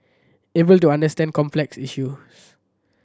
able to understand complex issues